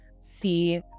see